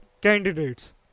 candidates